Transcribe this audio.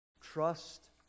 Trust